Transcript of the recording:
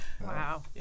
Wow